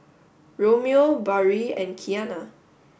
Romeo Barrie and Qiana